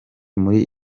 muri